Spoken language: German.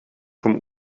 vom